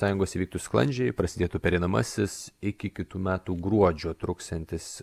sąjungos įvyktų sklandžiai prasidėtų pereinamasis iki kitų metų gruodžio truksiantis